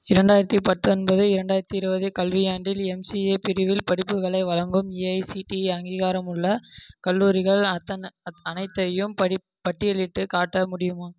இரண்டாயிரத்தி பத்தொன்பது இரண்டாயிரத்தி இருபது கல்வியாண்டில் எம்சிஏ பிரிவில் படிப்புகளை வழங்கும் ஏஐசிடிஇ அங்கீகாரமுள்ள கல்லூரிகள் அத்தனை அனைத்தையும் படி பட்டியலிட்டுக் காட்ட முடியுமா